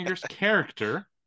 character